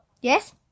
yes